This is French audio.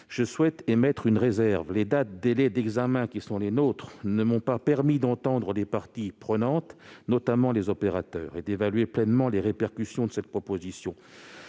je souhaite émettre une réserve : les délais d'examen du texte qui sont les nôtres ne m'ont pas permis d'entendre les parties prenantes, notamment les opérateurs, ni d'évaluer pleinement les répercussions de cette proposition.